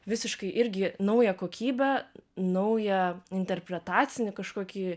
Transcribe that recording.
visiškai irgi naują kokybę naują interpretacinį kažkokį